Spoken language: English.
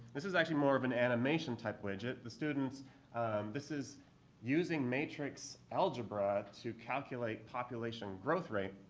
this is actually more of an animation type widget. the students this is using matrix algebra to calculate population growth rate.